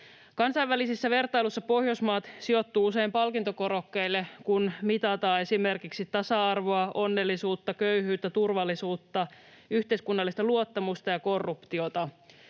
Kansainvälisissä vertailuissa Pohjoismaat sijoittuvat usein palkintokorokkeille, kun mitataan esimerkiksi tasa-arvoa, onnellisuutta, köyhyyttä, turvallisuutta, yhteiskunnallista luottamusta ja korruptiota.